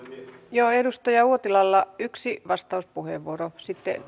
edustaja uotilalla yksi vastauspuheenvuoro sitten